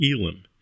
Elam